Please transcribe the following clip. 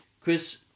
Chris